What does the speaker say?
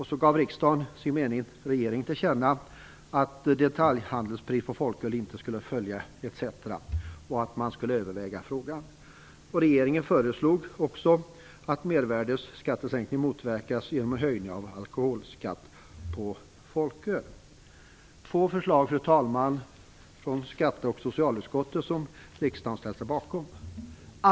Riksdagen gav som sin mening regeringen till känna att detaljhandelspriset på folköl inte borde följa sänkningen av mervärdesskatten och att frågan borde övervägas av regeringen. Regeringen föreslog också att mervärdesskattesänkningen skulle motverkas genom en höjning av alkoholskatt på folköl. Det är två förslag från socialoch skatteutskotten som riksdagen ställt sig bakom.